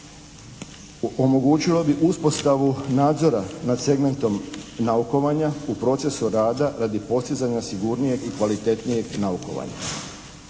Omogućilo bi uspostavu nadzora nad segmentom naukovanja u procesu rada radi postizanja sigurnijeg i kvalitetnijeg naukovanja.